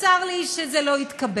וצר לי שזה לא התקבל.